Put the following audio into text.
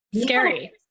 scary